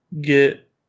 get